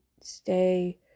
stay